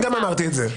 גם אני אמרתי את זה.